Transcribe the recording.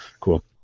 Cool